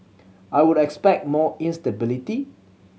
I would expect more instability